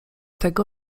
tego